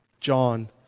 John